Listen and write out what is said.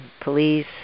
police